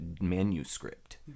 Manuscript